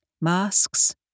Masks